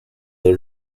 are